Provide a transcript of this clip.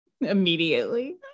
immediately